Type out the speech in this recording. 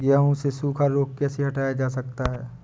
गेहूँ से सूखा रोग कैसे हटाया जा सकता है?